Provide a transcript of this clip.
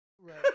Right